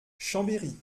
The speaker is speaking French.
chambéry